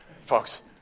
Folks